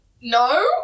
no